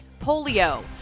polio